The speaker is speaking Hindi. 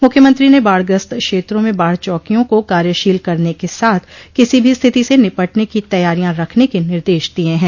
मुख्यमंत्री ने बाढ़ग्रस्त क्षेत्रों में बाढ़ चौकियों को कार्यशील करने के साथ किसी भी स्थिति से निपटने की तैयारियां रखने के निर्देश दिये हैं